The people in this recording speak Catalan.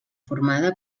formada